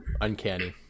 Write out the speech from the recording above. uncanny